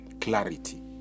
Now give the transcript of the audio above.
clarity